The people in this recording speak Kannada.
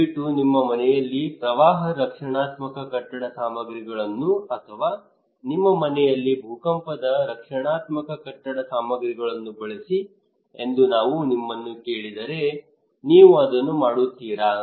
ದಯವಿಟ್ಟು ನಿಮ್ಮ ಮನೆಯಲ್ಲಿ ಪ್ರವಾಹ ರಕ್ಷಣಾತ್ಮಕ ಕಟ್ಟಡ ಸಾಮಗ್ರಿಗಳನ್ನು ಅಥವಾ ನಿಮ್ಮ ಮನೆಯಲ್ಲಿ ಭೂಕಂಪದ ರಕ್ಷಣಾತ್ಮಕ ಕಟ್ಟಡ ಸಾಮಗ್ರಿಗಳನ್ನು ಬಳಸಿ ಎಂದು ನಾನು ನಿಮ್ಮನ್ನು ಕೇಳಿದರೆ ನೀವು ಅದನ್ನು ಮಾಡುತ್ತೀರಾ